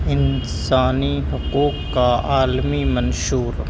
انسانی حقوق کا عالمی منشور